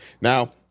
Now